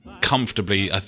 comfortably